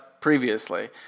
previously